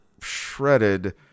shredded